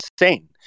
insane